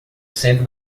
cento